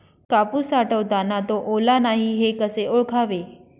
कापूस साठवताना तो ओला नाही हे कसे ओळखावे?